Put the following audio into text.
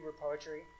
poetry